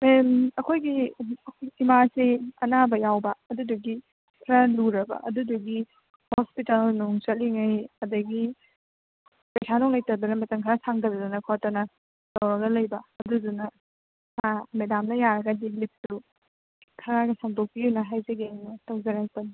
ꯃꯦꯝ ꯑꯩꯈꯣꯏꯒꯤ ꯏꯃꯥꯁꯤ ꯑꯅꯥꯕ ꯌꯥꯎꯕ ꯑꯗꯨꯗꯨꯒꯤ ꯈꯔ ꯂꯨꯔꯕ ꯑꯗꯨꯗꯨꯒꯤ ꯍꯣꯁꯄꯤꯇꯥꯜ ꯅꯨꯡ ꯆꯠꯂꯤꯉꯩ ꯑꯗꯒꯤ ꯄꯩꯁꯥ ꯅꯨꯡ ꯂꯩꯇꯗꯅ ꯃꯇꯝ ꯈꯔ ꯁꯥꯡꯗꯗꯅ ꯈꯣꯠꯇꯅ ꯇꯧꯔꯒ ꯂꯩꯕ ꯑꯗꯨꯗꯨꯅ ꯑꯥ ꯃꯦꯗꯥꯝꯅ ꯌꯥꯔꯒꯗꯤ ꯂꯤꯐꯇꯨ ꯈꯔꯒ ꯁꯥꯡꯗꯣꯛꯄꯤꯎꯅ ꯍꯥꯏꯖꯒꯦꯅ ꯇꯧꯖꯔꯛꯄꯅꯤ